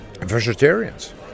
vegetarians